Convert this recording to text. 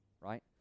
right